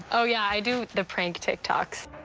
ah yeah i do the prank tiktoks.